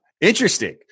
Interesting